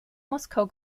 moskau